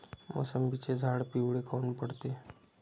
मोसंबीचे झाडं पिवळे काऊन पडते?